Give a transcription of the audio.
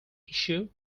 issue